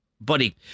buddy